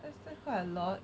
that's quite a lot